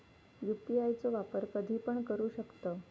UPI चो वापर कधीपण करू शकतव?